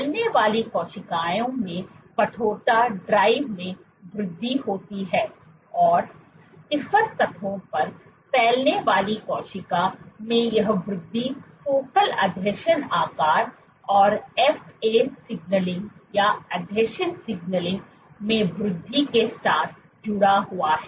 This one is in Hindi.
फैलने वाली कोशिकाओं में कठोरता ड्राइव में वृद्धि होती है और स्टिफ़र सतहों पर फैलने वाली कोशिका में यह वृद्धि फोकल आसंजन आकार और FA सिग्नलिंग आसंजन सिग्नलिंग में वृद्धि के साथ जुड़ा हुआ है